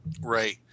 Right